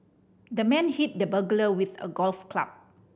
the man hit the burglar with a golf club